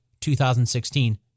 2016